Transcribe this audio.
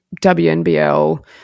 WNBL